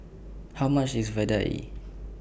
How much IS Vadai